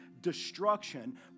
destruction